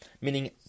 meaning